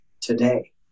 today